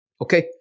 Okay